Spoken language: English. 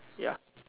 ya